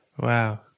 Wow